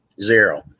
Zero